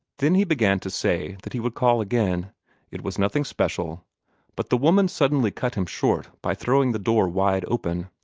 then he began to say that he would call again it was nothing special but the woman suddenly cut him short by throwing the door wide open.